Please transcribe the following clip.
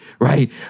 Right